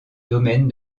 domaine